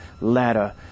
ladder